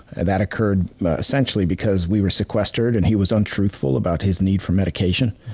and that occurred essentially because we were sequestered, and he was untruthful about his need for medication.